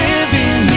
Living